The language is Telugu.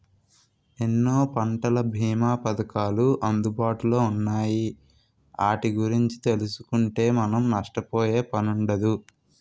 ఎన్నో పంటల బీమా పధకాలు అందుబాటులో ఉన్నాయి ఆటి గురించి తెలుసుకుంటే మనం నష్టపోయే పనుండదు